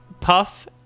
Puff